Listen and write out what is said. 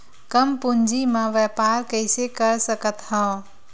कम पूंजी म व्यापार कइसे कर सकत हव?